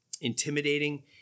intimidating